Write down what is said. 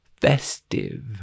festive